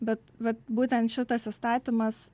bet vat būtent šitas įstatymas